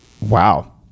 Wow